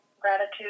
gratitude